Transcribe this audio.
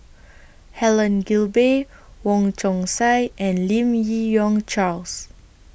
Helen Gilbey Wong Chong Sai and Lim Yi Yong Charles